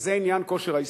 וזה עניין כושר ההשתכרות.